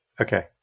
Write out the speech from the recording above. Okay